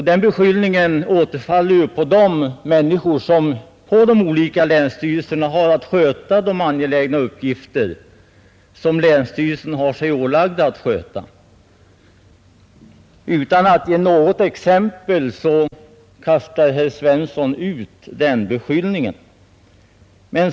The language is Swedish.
Den beskyllningen återfaller ju på de människor som på de olika länsstyrelserna har att sköta de angelägna uppgifter som länsstyrelsen har sig ålagd. Utan att ge något exempel kastar herr Svensson ut den beskyllningen.